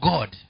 God